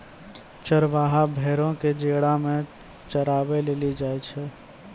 चरबाहा भेड़ो क जेरा मे चराबै लेली लै जाय छै